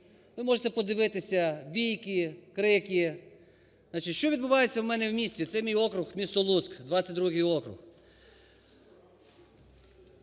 Ви можете подивитися, бійки, крики. Що відбувається у мене в місті? Це мій округ, місто Луцьк, 22 округ.